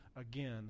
again